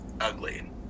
ugly